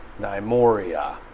Nymoria